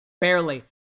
barely